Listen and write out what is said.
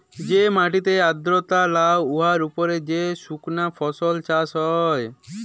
যে মাটিতে আর্দ্রতা লাই উয়ার উপর যে সুকনা ফসল চাষ হ্যয়